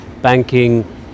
Banking